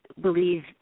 believe